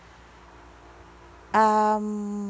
um